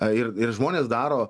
a ir ir žmonės daro